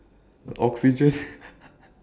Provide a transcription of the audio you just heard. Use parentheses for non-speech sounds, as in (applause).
oxygen (laughs)